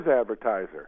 advertiser